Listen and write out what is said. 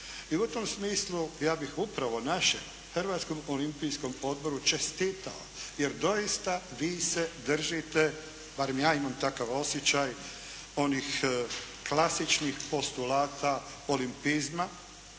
I u tom smislu ja bih upravo našem Hrvatskom olimpijskom odboru čestitao jer doista vi se držite, barem ja imam takav osjećaj, onih klasičnih postulata olimpizma